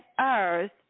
earth